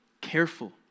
Careful